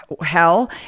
hell